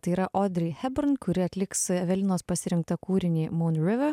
tai yra audrey hepburn kuri atliks evelinos pasirinktą kūrinį moon river